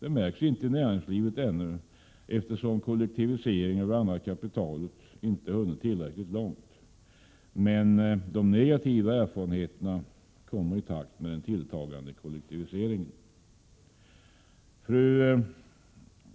Den märks ännu inte i näringslivet, eftersom kollektiviseringen av bl.a. kapitalet inte har hunnit tillräckligt långt. Men de negativa erfarenheterna kommer i takt med den tilltagande kollektiviseringen. Fru